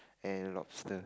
and lobster